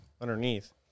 underneath